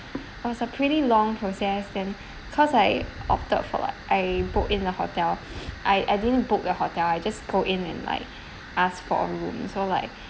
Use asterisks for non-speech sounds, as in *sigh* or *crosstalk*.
it was a pretty long process then cause I opted for like I book in the hotel *breath* I didn't book the hotel I just go in and like ask for a room so like